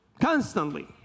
Constantly